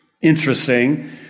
interesting